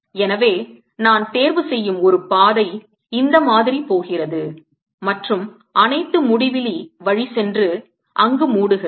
எனவே நான் தேர்வு செய்யும் ஒரு பாதை இந்த மாதிரி போகிறது மற்றும் அனைத்தும் முடிவிலி வழி சென்று அங்கு மூடுகிறது